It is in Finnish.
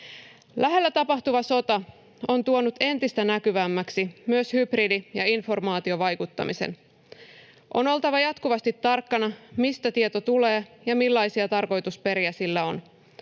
Lähellä tapahtuva sota on tuonut entistä näkyvämmäksi myös hybridi- ja informaatiovaikuttamisen. On oltava jatkuvasti tarkkana siitä, mistä tieto tulee ja millaisia tarkoitusperiä sillä on.